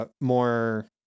more